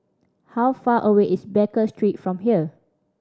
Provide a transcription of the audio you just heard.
how far away is Baker Street from here